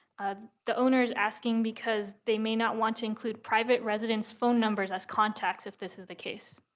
ah the owner's asking because they may not want to include private resident's phone numbers as contacts if this is the case.